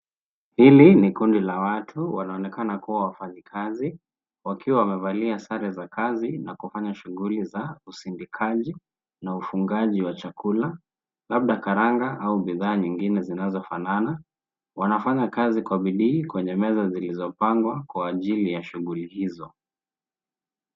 Hili ni kundi la watu. Wanaonekana kua wafanyikazi, wakiwa wamevalia sare za kazi na kufanya shughuli za usindikaji na ufungaji wa chakula, labda karanga ua bidhaa nyingine zinazofanana. Wanafanya kazi kwa bidii, kwenye meza zilizopangwa kwa ajili ya shughuli hizo.